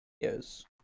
Yes